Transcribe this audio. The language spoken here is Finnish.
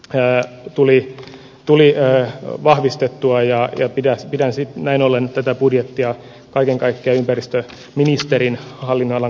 häät tuli tuliaihe on vahvistettu ajaa ja pidot pitäisi näin ollen tätä budjettia kaiken kaikkea ympäristö ministerin ali meille